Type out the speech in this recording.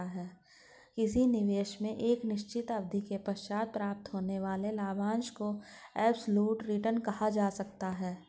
किसी निवेश में एक निश्चित अवधि के पश्चात प्राप्त होने वाले लाभांश को एब्सलूट रिटर्न कहा जा सकता है